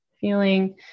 Feeling